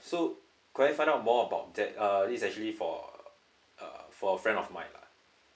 so could I find out more about that uh it's actually for uh for a friend of mine lah